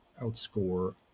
outscore